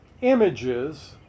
images